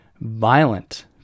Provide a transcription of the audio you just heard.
violent